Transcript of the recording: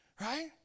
Right